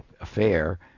affair